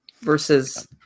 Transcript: versus